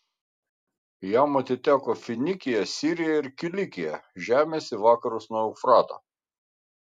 jam atiteko finikija sirija ir kilikija žemės į vakarus nuo eufrato